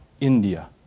India